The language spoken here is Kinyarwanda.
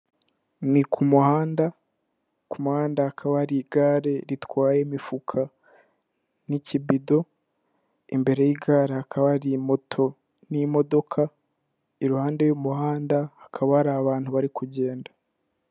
Ni ku muhanda, ku muhanda hakaba hari igare ritwaye imifuka, n'ikibido imbere y'igare hakaba hari moto n'imodoka, iruhande rw'umuhanda hakaba hari abantu bari kugenda.